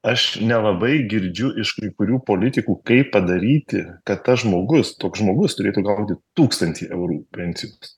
aš nelabai girdžiu iš kai kurių politikų kaip padaryti kad tas žmogus toks žmogus turėtų gauti tūkstantį eurų pensijos